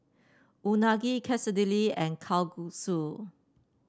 Unagi Quesadillas and Kalguksu